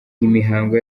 imihango